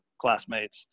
classmates